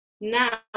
now